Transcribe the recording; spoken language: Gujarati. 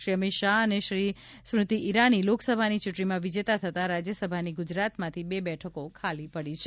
શ્રી અમિત શાહ અને શ્રી સ્મૃતિ ઇરાની લોકસભાની ચૂંટણીમાં વિજેતા થતાં રાજ્યસભાની ગુજરાતમાંથી બે બેઠકો ખાલી પડી છે